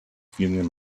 feeling